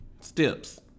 steps